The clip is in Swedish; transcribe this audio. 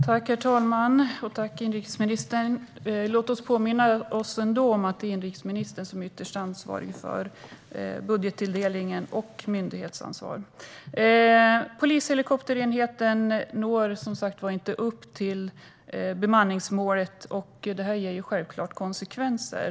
Herr talman! Låt oss påminna oss om att det ändå är inrikesministern som är ytterst ansvarig för budgettilldelningen och myndigheten. Polishelikopterenheten når inte upp till bemanningsmålet. Det ger självklart konsekvenser.